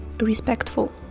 Respectful